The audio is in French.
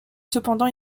cependant